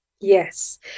Yes